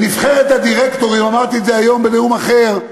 בנבחרת הדירקטורים, אמרתי את זה היום בנאום אחר,